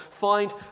find